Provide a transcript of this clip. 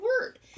word